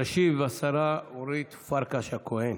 תשיב השרה אורית פרקש הכהן